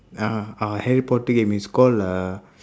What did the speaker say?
uh uh harry potter game it's called uh